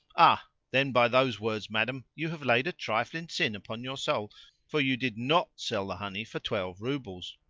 ah! then by those words, madam, you have laid a trifling sin upon your soul for you did not sell the honey for twelve roubles.